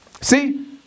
see